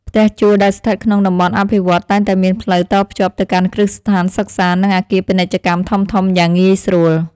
ផ្ទះជួលដែលស្ថិតក្នុងតំបន់អភិវឌ្ឍន៍តែងតែមានផ្លូវតភ្ជាប់ទៅកាន់គ្រឹះស្ថានសិក្សានិងអគារពាណិជ្ជកម្មធំៗយ៉ាងងាយស្រួល។